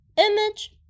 image